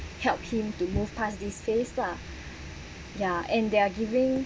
help him to move past this phase lah ya and they are giving